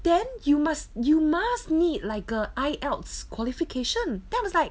then you must you must need like a I_E_L_T_S qualification then I was like